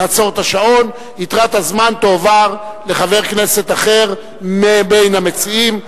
נעצור את השעון ויתרת הזמן תועבר לחבר כנסת אחר מבין המציעים,